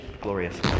glorious